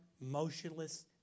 motionless